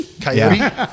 Coyote